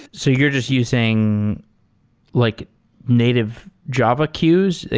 so you're just using like native java queues. ah